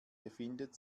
befindet